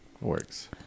works